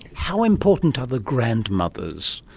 how important are the grandmothers?